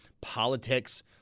politics